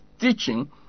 teaching